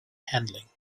handling